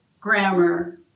Grammar